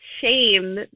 shame